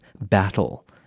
battle